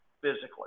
physically